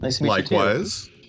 Likewise